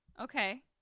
Okay